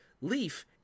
Leaf